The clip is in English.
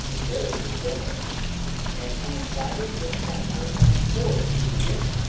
a very good dinner and he invited the planter on board his ship,